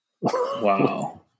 Wow